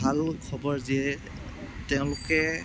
ভাল খবৰ যে তেওঁলোকে